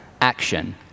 action